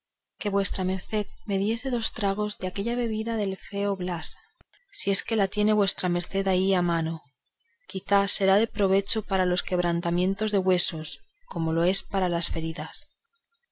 vuestra merced me diese dos tragos de aquella bebida del feo blas si es que la tiene vuestra merced ahí a mano quizá será de provecho para los quebrantamientos de huesos como lo es para las feridas